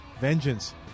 Vengeance